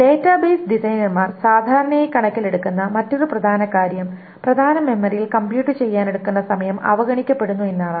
database ഡിസൈനർമാർ സാധാരണയായി കണക്കിലെടുക്കുന്ന മറ്റൊരു പ്രധാന കാര്യം പ്രധാന മെമ്മറിയിൽ കമ്പ്യൂട് ചെയ്യാനെടുക്കുന്ന സമയം അവഗണിക്കപ്പെടുന്നു എന്നതാണ്